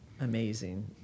amazing